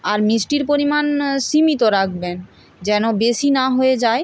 আর মিষ্টির পরিমাণ সীমিত রাখবেন যেন বেশি না হয়ে যায়